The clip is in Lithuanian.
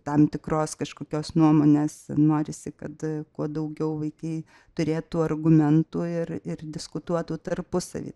tam tikros kažkokios nuomonės norisi kad kuo daugiau vaikai turėtų argumentų ir ir diskutuotų tarpusavy